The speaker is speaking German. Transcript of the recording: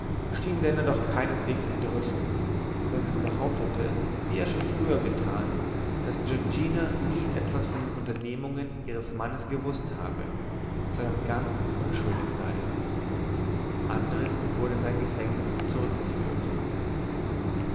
schien denner doch keineswegs entrüstet sondern behauptete wie er schon früher getan daß giorgina nie etwas von den unternehmungen ihres mannes gewußt habe sondern ganz unschuldig sei andres wurde in sein gefängnis zurückgeführt